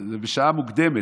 זה בשעה מוקדמת,